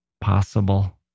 possible